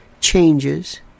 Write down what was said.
changes